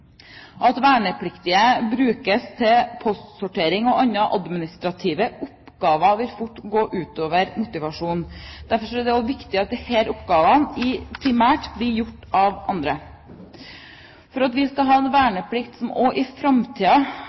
At vernepliktige brukes til postsortering og andre administrative oppgaver, vil fort gå ut over motivasjonen. Derfor er det også viktig at disse oppgavene primært blir gjort av andre. For at vi skal ha en verneplikt som også i